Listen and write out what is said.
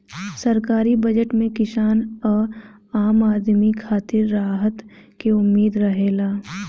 सरकारी बजट में किसान आ आम आदमी खातिर राहत के उम्मीद रहेला